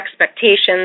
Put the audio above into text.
expectations